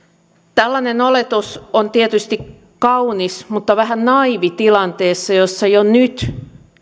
tällainen oletus on tietysti kaunis mutta vähän naiivi tilanteessa jossa jo nyt